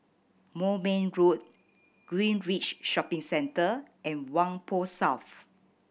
Moulmein Road Greenridge Shopping Centre and Whampoa South